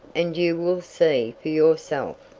and you will see for yourself.